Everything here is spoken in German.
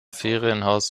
ferienhaus